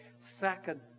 Second